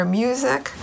music